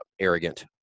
arrogant